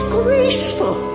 graceful